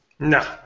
No